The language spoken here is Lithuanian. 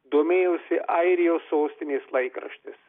domėjosi airijos sostinės laikraštis